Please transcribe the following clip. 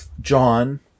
John